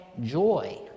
joy